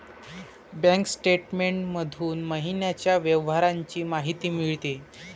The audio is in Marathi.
बँक स्टेटमेंट मधून महिन्याच्या व्यवहारांची माहिती मिळते